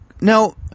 No